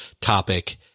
topic